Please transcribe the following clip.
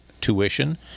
tuition